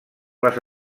les